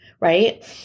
right